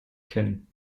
kennen